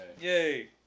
Yay